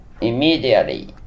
immediately